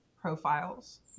profiles